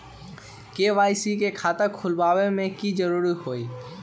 KYC के खाता खुलवा में की जरूरी होई?